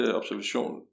observation